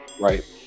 right